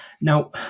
Now